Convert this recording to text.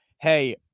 Hey